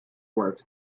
worth